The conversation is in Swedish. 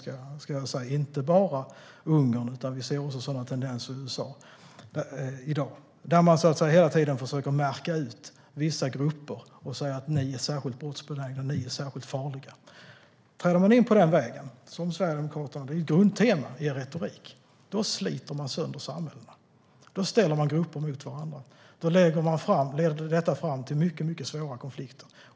Det gäller inte bara Ungern, utan vi ser också sådana tendenser i USA. Man försöker hela tiden märka ut vissa grupper som särskilt brottsbenägna eller farliga. Träder man in på den vägen - och det är ett grundtema i Sverigedemokraternas retorik - sliter man sönder samhället. Då ställer man grupper mot varandra. Det leder fram till mycket svåra konflikter.